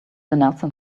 nelson